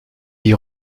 die